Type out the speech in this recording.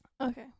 Okay